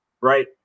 right